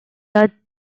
are